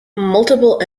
multiple